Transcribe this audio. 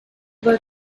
were